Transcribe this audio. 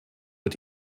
het